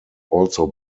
also